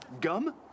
Gum